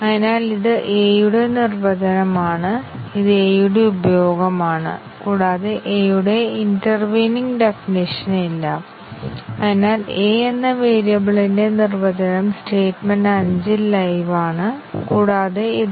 അതിനാൽ മക്കാബിന്റെ മെട്രിക് ഞങ്ങൾക്ക് അറിയാമെങ്കിൽ പ്രോഗ്രാമിൽ എത്ര പാത്തുകളാണ് തിരയേണ്ടതെന്ന് ഞങ്ങൾക്കറിയാം മക്കാബിന്റെ മെട്രിക് 10 10 ലേക്ക് വിലയിരുത്തുന്നുവെന്ന് പറഞ്ഞാൽ ഞങ്ങൾ പരമാവധി 10 ലിനെയാർലി ഇൻഡിപെൻഡെന്റ് ആയ പാത്തുകൾക്കായി നോക്കും